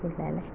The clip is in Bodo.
जोबायानो